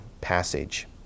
passage